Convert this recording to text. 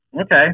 okay